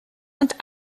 und